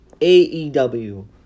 AEW